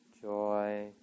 joy